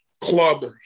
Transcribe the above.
Club